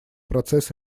процесс